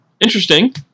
Interesting